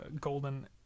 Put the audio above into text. golden